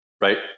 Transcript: right